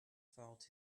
felt